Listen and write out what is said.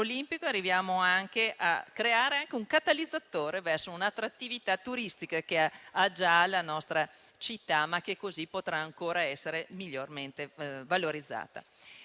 arriva anche a creare un catalizzatore verso un'attrattività turistica che ha già la nostra città, ma che così potrà ancora essere ancora più valorizzata.